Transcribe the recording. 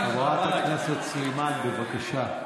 חברת הכנסת סלימאן, בבקשה.